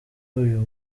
uyu